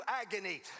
agony